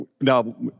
now